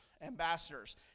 Ambassadors